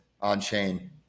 on-chain